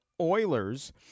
Oilers